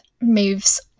moves